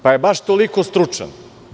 Pa je baš toliko stručan?